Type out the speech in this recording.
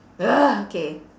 K